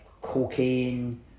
cocaine